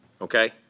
okay